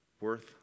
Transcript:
worth